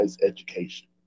education